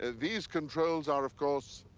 and these controls are, of course,